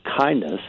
kindness